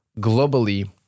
globally